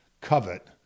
covet